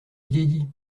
vieilli